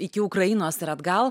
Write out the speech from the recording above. iki ukrainos ir atgal